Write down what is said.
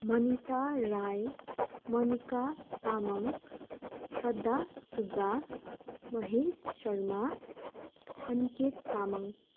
Manita Rai Manika Tamang Shraddha Subba Mahesh Sharma Aniket Tamang